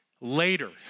Later